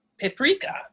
paprika